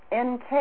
NK